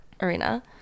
arena